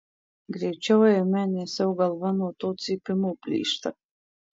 greičiau eime nes jau galva nuo to cypimo plyšta